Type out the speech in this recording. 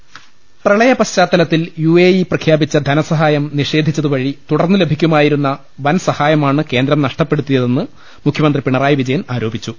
ൾ ൽ ൾ പ്രളയപശ്ചാത്തലത്തിൽ യു എ ഇ പ്രഖ്യാപിച്ച ധനസഹായം നിഷേധിച്ചതു വഴി തുടർന്നു ലഭിക്കുമായിരുന്ന വൻ സഹായ മാണ് കേന്ദ്രം നഷ്ടപ്പെടുത്തിയതെന്ന് മുഖ്യമന്ത്രി പിണറായി വിജയൻ ആരോപിച്ചു